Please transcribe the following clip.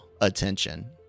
attention